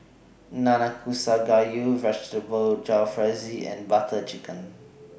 Nanakusa Gayu Vegetable Jalfrezi and Butter Chicken